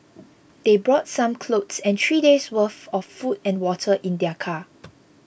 they brought some clothes and three days' worth of food and water in their car